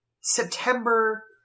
September